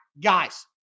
Guys